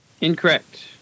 Incorrect